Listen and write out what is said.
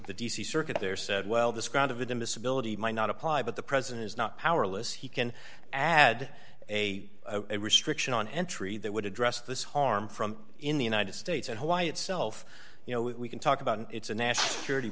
the d c circuit there said well this kind of a dumbass ability might not apply but the president is not powerless he can add a restriction on entry that would address this harm from in the united states and hawaii itself you know we can talk about it's a national security